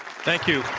thank you,